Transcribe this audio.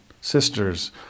sisters